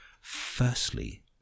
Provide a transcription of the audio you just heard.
Firstly